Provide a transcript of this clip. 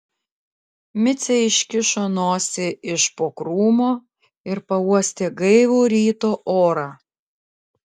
micė iškišo nosį iš po krūmo ir pauostė gaivų ryto orą